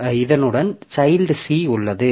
இதனுடன் child C உள்ளது